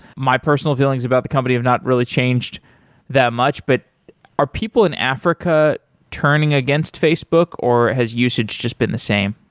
my personal feelings about the company have not really changed that much, but are people in africa turning against facebook, or has usage just been the same?